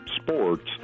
sports